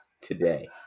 today